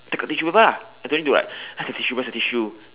take a tissue paper lah I don't need to like where's the tissue where's the tissue